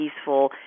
peaceful